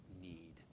need